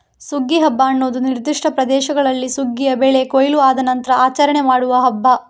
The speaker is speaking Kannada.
ಸುಗ್ಗಿ ಹಬ್ಬ ಅನ್ನುದು ನಿರ್ದಿಷ್ಟ ಪ್ರದೇಶಗಳಲ್ಲಿ ಸುಗ್ಗಿಯ ಬೆಳೆ ಕೊಯ್ಲು ಆದ ನಂತ್ರ ಆಚರಣೆ ಮಾಡುವ ಹಬ್ಬ